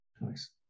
Nice